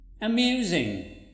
Amusing